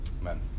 Amen